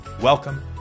Welcome